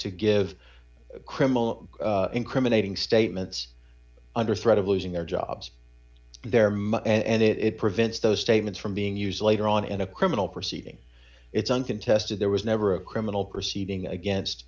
to give criminal incriminating statements under threat of losing their jobs their money and it prevents those statements from being used later on in a criminal proceeding it's uncontested there was never a criminal proceeding against